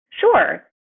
Sure